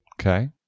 Okay